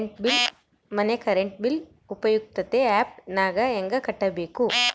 ಮನೆ current bill ಉಪಯುಕ್ತತೆ app ನಾಗ ಹೆಂಗ ಕಟ್ಟಬೇಕು?